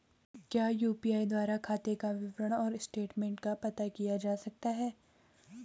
क्या यु.पी.आई द्वारा खाते का विवरण और स्टेटमेंट का पता किया जा सकता है?